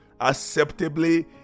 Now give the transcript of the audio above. acceptably